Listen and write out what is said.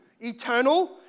eternal